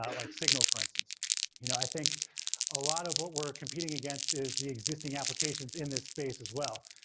um like signal for instance you know i think a lot of what we're competing against is the existing applications in this space as well,